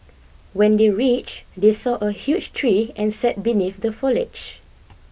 when they reach they saw a huge tree and sat beneath the foliage